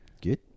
Good